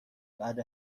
بعد